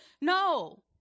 No